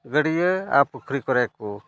ᱜᱟᱹᱰᱭᱟᱹ ᱟᱨ ᱯᱩᱠᱷᱩᱨᱤ ᱠᱚᱨᱮ ᱠᱚ